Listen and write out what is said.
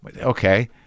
Okay